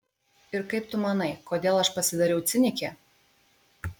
ir kaip tu manai kodėl aš pasidariau cinikė